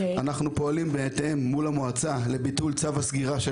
אנחנו פועלים מול המועצה לביטול צו הסגירה של